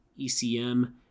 ECM